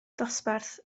dosbarth